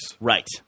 right